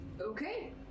Okay